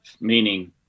meaning